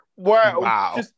Wow